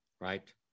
Right